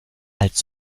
als